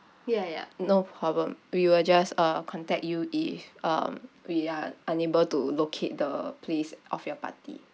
ya ya no problem we will just uh contact you if um we are unable to locate the place of your party